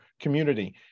community